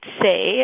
say